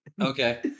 Okay